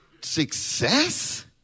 success